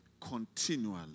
continually